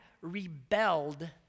rebelled